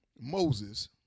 Moses